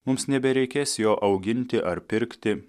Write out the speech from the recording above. mums nebereikės jo auginti ar pirkti